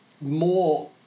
more